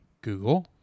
Google